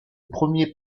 premier